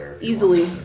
Easily